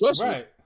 Right